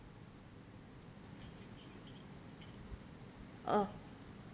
oh